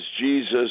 Jesus